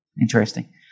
Interesting